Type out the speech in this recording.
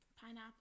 Pineapple